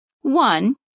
One